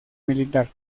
militar